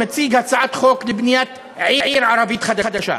מציג הצעת חוק לבניית עיר ערבית חדשה.